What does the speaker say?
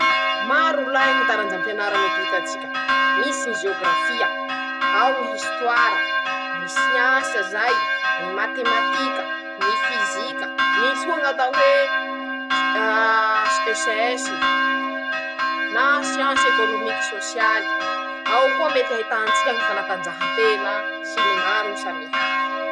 .<...>Maro rolahy ñy taranjam-pianara mety ho hitatsika: -Misy ñy zeôgrafia, ao ñy hisitoara, ñy siansa zay, ñy matematika, ñy fizika. misy koa ñatao hoe: aaa SES, na siansy ekonomiky sôsialy, ao koa ñy mety ahitatsika ñy fanatanjahatena sy maro samy hafa.